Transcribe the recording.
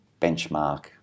benchmark